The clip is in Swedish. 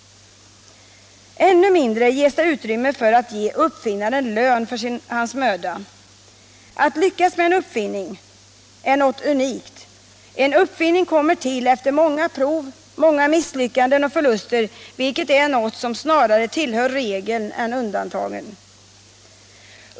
Ännu mindre lämnas utrymme för att ge uppfinnaren lön för hans möda. Att lyckas med en uppfinning är något unikt. En uppfinning kommer till efter många prov, många misslyckanden och förluster vilket snarare tillhör regeln än undantagen.